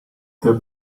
the